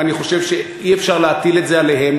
ואני חושב שאי-אפשר להטיל את זה עליהם.